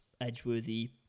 Edgeworthy